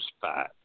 fight